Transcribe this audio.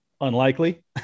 unlikely